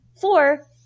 four